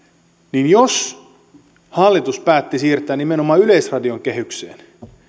niin jos hallitus päätti siirtää nimenomaan yleisradion kehykseen